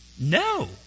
No